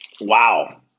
Wow